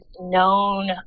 known